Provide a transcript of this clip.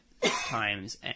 times